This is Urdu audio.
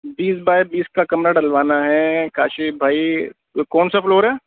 بیس بائی بیس کا کمرہ ڈلوانا ہے کاشف بھائی تو کون سا فلور ہے